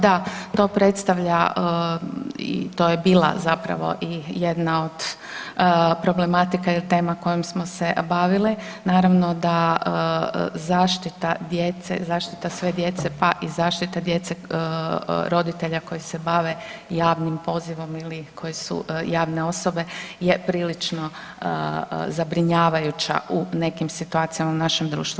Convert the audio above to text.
Da, to predstavlja i to je bila zapravo i jedna od problematika i tema s kojom smo se bavili, naravno da zaštita djece, zaštita sve djece pa i zaštita djece roditelja koji se bave javnim pozivom ili koji su javne osobe je prilično zabrinjavajuća u nekim situacijama u našem društvu.